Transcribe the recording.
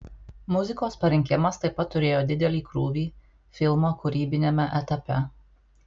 muzikos parinkimas taip pat turėjo didelį krūvį filmo kūrybiniame etape